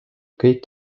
kõik